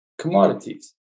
commodities